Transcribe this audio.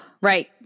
Right